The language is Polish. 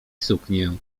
suknię